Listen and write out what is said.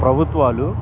ప్రభుత్వాలు